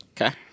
okay